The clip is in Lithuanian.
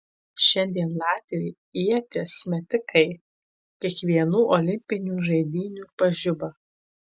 šiandien latviai ieties metikai kiekvienų olimpinių žaidynių pažiba